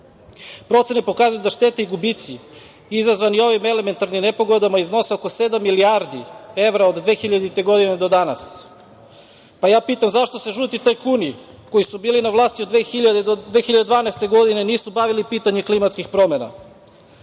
godine. Procene pokazuju da štete i gubici izazvani ovim elementarnim nepogodama iznose oko sedam milijardi evra od 2000. godine, do danas. Zato pitam, zašto se žuti tajkuni koji su bili na vlasti od 2000. do 2012. godine, nisu bavili pitanjem klimatskih